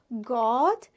God